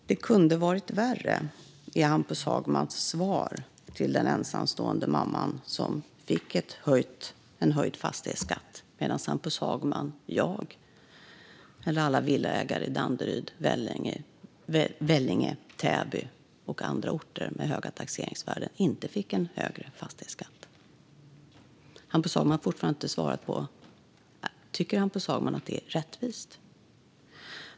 Fru talman! Det kunde ha varit värre. Det är Hampus Hagmans svar till den ensamstående mamman som fick en höjd fastighetsavgift, medan Hampus Hagman, jag och alla villaägare i Danderyd, Vellinge, Täby och andra orter med höga taxeringsvärden inte fick en högre avgift. Hampus Hagman har fortfarande inte svarat på om han tycker att det är rättvist.